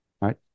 right